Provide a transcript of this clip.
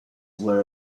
were